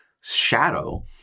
shadow